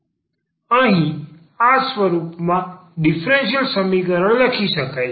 અહીં આ સ્વરૂપમાં ડીફરન્સીયલ સમીકરણ લખી શકાય છે